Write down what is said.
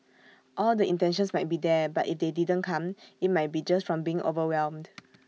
all the intentions might be there but if they didn't come IT might be just from being overwhelmed